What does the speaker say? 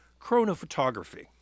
chronophotography